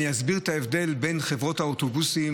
אסביר את ההבדל בין חברות האוטובוסים